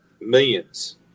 millions